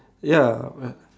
ya